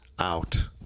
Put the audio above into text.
out